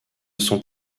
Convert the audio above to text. sont